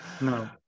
no